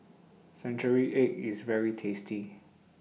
Century Egg IS very tasty